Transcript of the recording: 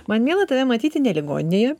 man miela tave matyti ne ligoninėje